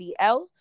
DL